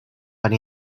but